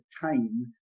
time